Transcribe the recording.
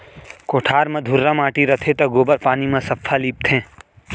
कोठार म धुर्रा माटी रथे त गोबर पानी म सफ्फा लीपथें